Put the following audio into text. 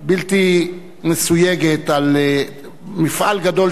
בלתי מסויגת על מפעל גדול שהוא עשה.